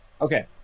Okay